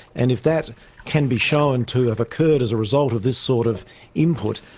and if that can be shown to have occurred as a result of this sort of input,